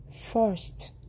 First